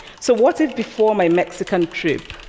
so what if before my mexican trip,